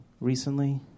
recently